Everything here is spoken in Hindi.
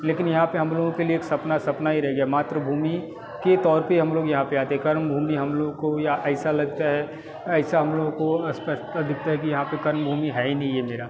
लेकिन यहाँ पे हम लोगों के लिए एक सपना सपना ही रह गया मातृभूमि के तौर पे हम लोग यहाँ पे आते कर्मभूमि हम लोग को या ऐसा लगता है ऐसा हम लोगों को स्पष्टत दिखता है कि यहाँ पर कर्मभूमि है ही नहीं ये मेरा